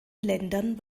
ländern